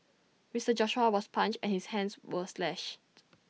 Mister Joshua was punched and his hands were slashed